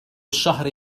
الشهر